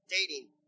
dating